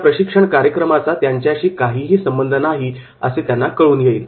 या प्रशिक्षण कार्यक्रमाचा त्यांच्याशी काहीही संबंध नाही असे त्यांना कळून येईल